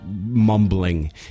mumbling